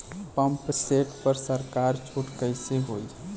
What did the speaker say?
Pump set पर सरकार छूट कईसे होई?